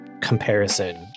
comparison